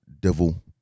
devil